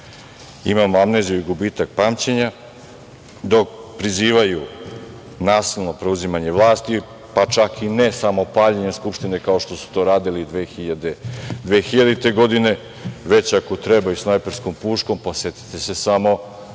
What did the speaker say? imamo amneziju i gubitak pamćenja, dok prizivaju nasilno preuzimanje vlasti, pa čak i ne samo paljenje Skupštine, kao što su to radili 2000. godine, već i ako treba snajperskom puškom. Setite se samo